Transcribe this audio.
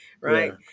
right